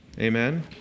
Amen